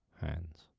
hands